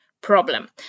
problem